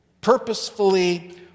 purposefully